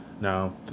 Now